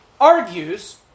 argues